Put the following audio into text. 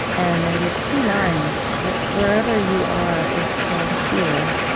and there are these two lines wherever you are is called here,